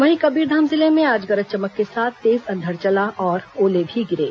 वहीं कबीरधाम जिले में आज गरज चमक के साथ तेज अंधड़ चला और ओले भी गिरे